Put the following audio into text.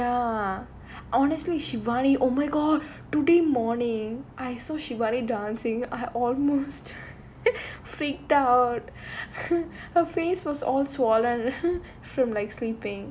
ya honestly shivani oh my god today morning I saw shivani dancing I almost freaked out her face was all swollen from like sleeping